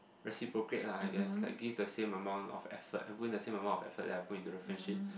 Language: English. reciprocate ah I guess like give the same amount of effort and put in the same amount of effort that I put into the friendship